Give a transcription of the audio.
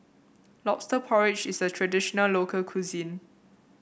lobster porridge is a traditional local cuisine